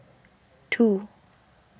two